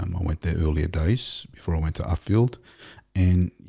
um i went there earlier dice before i went to our field and yeah,